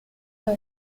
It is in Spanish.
los